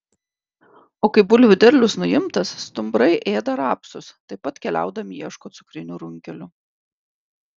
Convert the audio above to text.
o kai bulvių derlius nuimtas stumbrai ėda rapsus taip pat keliaudami ieško cukrinių runkelių